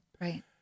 Right